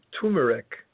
turmeric